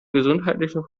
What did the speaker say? gesundheitliche